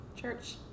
church